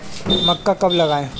मक्का कब लगाएँ?